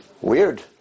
weird